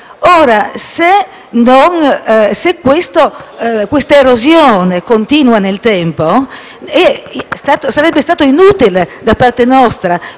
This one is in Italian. qui. Se questa erosione continuerà nel tempo, sarebbe inutile da parte nostra